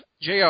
Jr